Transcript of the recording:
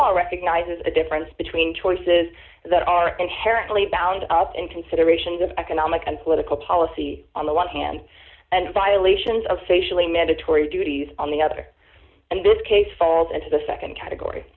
law recognizes a difference between choices that are inherently bound up in considerations of economic and political policy on the one hand and violations of facially mandatory duties on the other and this case falls into the nd category